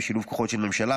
בשילוב כוחות של ממשלה,